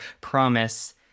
promise